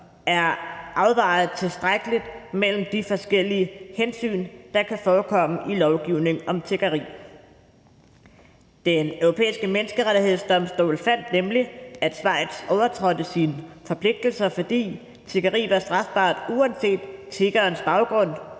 er afvejet tilstrækkeligt mellem de forskellige hensyn, der kan forekomme i lovgivning om tiggeri. Den Europæiske Menneskerettighedsdomstol fandt nemlig, at Schweiz overtrådte sine forpligtelser, fordi tiggeri var strafbart uanset tiggerens baggrund,